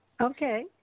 Okay